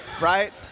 right